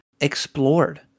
explored